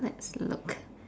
let's look